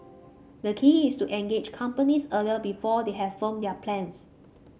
the key is to engage the companies early before they have firmed up their plans